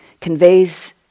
conveys